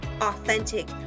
authentic